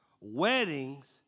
weddings